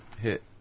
Hit